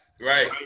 Right